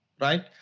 right